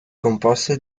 composte